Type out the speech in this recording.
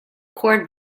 cord